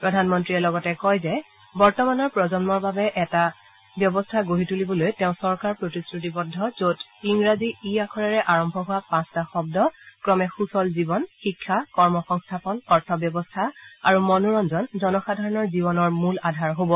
প্ৰধানমন্ত্ৰীয়ে লগতে কয় যে বৰ্তমানৰ প্ৰজন্মৰ বাবে এনে এটা ব্যৱস্থা গঢ়ি তুলিবলৈ তেওঁৰ চৰকাৰ প্ৰতিশ্ৰুতিবদ্ধ যত ইংৰাজী ই আখৰেৰে আৰম্ভ হোৱা পাঁচটা শব্দ ক্ৰমে সূচল জীৱন শিক্ষা কৰ্ম সংস্থাপন অৰ্থব্যৱস্থা আৰু মনোৰঞ্জন জনসাধাৰণৰ জীৱনৰ মূল আধাৰ হ'ব